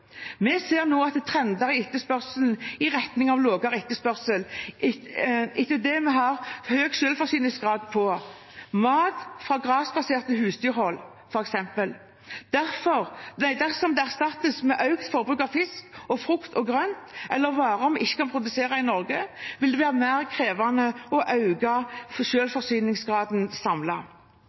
Vi ser nå trender i retning av lavere etterspørsel etter det vi har høy selvforsyningsgrad av, f.eks. mat fra grasbasert husdyrhold. Dersom det erstattes med økt forbruk av fisk, frukt og grønt eller varer vi ikke kan produsere i Norge, vil det være mer krevende å